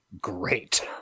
great